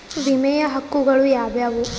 ವಿಮೆಯ ಹಕ್ಕುಗಳು ಯಾವ್ಯಾವು?